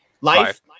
Life